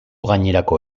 gainerako